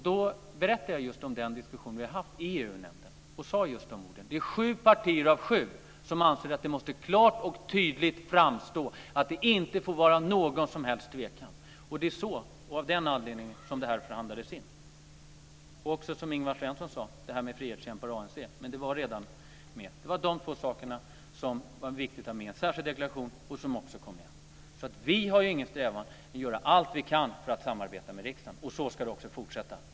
Då berättade jag just om den diskussion vi har haft i EU-nämnden och sade: Det är sju partier av sju som anser att det måste klart och tydligt framgå, och det får inte vara någon som helst tvekan. Det är av den anledningen som det förhandlades in. Ingvar Svensson nämnde frihetskämpar och ANC, men det var redan med. Det var de två sakerna som det var viktigt att ha med i en särskild deklaration och som också kom med. Vi gör allt vi kan för att samarbeta med riksdagen. Så ska det också fortsätta.